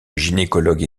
gynécologue